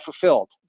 fulfilled